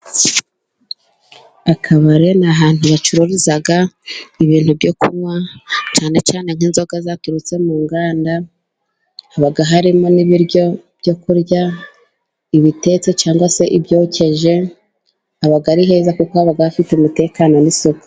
Akabari ni ahantu hacuruza ibintu byo kunywa cyane cyane nk'inzoga zaturutse mu nganda, haba harimo n'ibiryo byo kurya ibitetse cyangwa se ibyokeje, haba ari heza kuko haba hafite umutekano n'isuku.